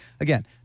again